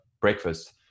breakfast